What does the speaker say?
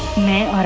man.